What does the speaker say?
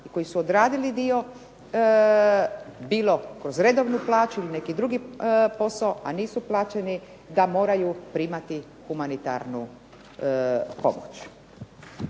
koji su odradili dio bilo kroz redovnu plaću, neki drugi posao, a nisu plaćeni da moraju primati humanitarnu pomoć.